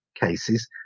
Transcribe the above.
cases